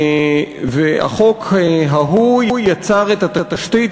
החוק ההוא יצר את התשתית,